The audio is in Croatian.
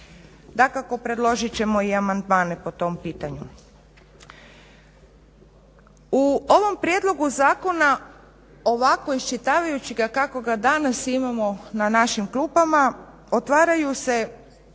Dakako predložit ćemo i amandmane po tom pitanju. U ovom prijedlogu zakona ovako iščitavajući ga kako ga danas imamo na našim klupama otvara se